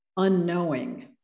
Unknowing